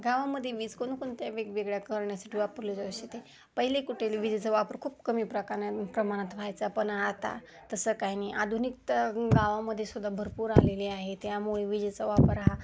गावामध्ये वीज कोणकोणत्या वेगवेगळ्या करण्यासाठी वापरली जाऊ शकते पहिले कुठेले विजेचा वापर खूप कमी प्रकाणात प्रमाणात व्हायचा पण आता तसं काही नाही आधुनिकता गावामध्ये सुद्धा भरपूर आलेली आहे त्यामुळे विजेचा वापर हा